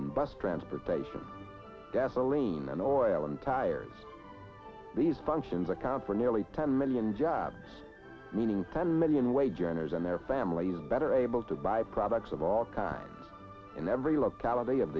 and bus transportation gasoline then oil and tires these functions account for nearly ten million jobs meaning ten million wage earners and their families better able to buy products of all kinds in every locality of